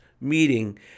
meeting